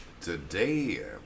Today